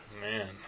Man